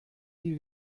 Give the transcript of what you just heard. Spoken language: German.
die